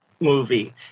movie